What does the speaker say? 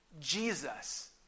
Jesus